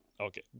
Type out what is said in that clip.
Okay